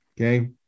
Okay